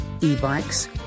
e-bikes